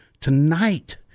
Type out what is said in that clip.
tonight